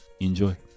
enjoy